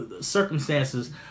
circumstances